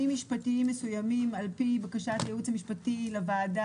משפטיים מסוימים על פי בקשת הייעוץ המשפטי לוועדה